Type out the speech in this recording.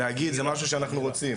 להגיד זה משהו שאנחנו רוצים,